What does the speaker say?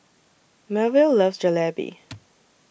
Melville loves Jalebi